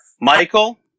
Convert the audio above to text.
Michael